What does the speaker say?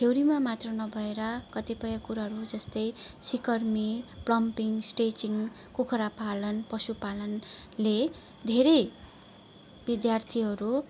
थियोरीमा मात्र नभएर कतिपय कुराहरू जस्तै सिकर्मी प्लम्बिङ स्टिचिङ कुखुरा पालन पशु पालनले धेरै विद्यार्थीहरू